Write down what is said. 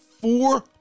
four